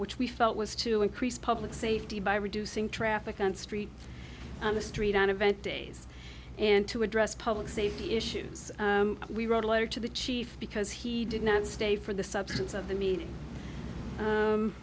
which we felt was to increase public safety by reducing traffic on street on the street an event days and to address public safety issues we wrote a letter to the chief because he did not stay for the substance of the m